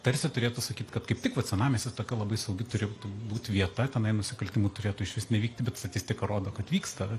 tarsi turėtų sakyt kad kaip tik vat senamiestis tokia labai saugi turi būt vieta tenai nusikaltimų turėtų išvis nevykti bet statistika rodo kad vyksta